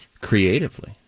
creatively